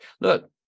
Look